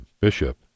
Bishop